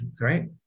Right